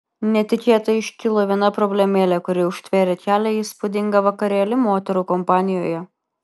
netikėtai iškilo viena problemėlė kuri užtvėrė kelią į įspūdingą vakarėlį moterų kompanijoje